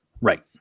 Right